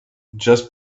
just